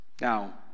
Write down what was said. Now